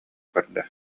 көрдө